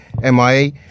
MIA